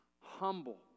humble